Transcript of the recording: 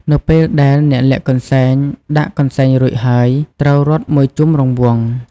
នៅពេលដែលអ្នកលាក់កន្សែងដាក់កន្សែងរួចហើយ ត្រូវរត់មួយជុំរង្វង់ ។